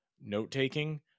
note-taking